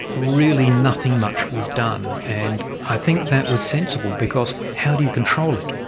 really nothing much was done and i think that was sensible because how do you control it?